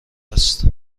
است